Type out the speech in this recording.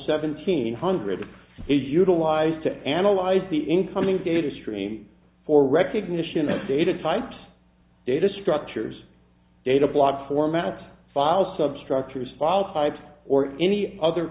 seventeen hundred utilize to analyze the incoming data stream for recognition of data types data structures data blogs formats files substructures files pipes or any other